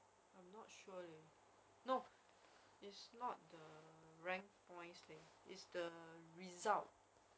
they don't have the during that time they don't have the exam no exam date ya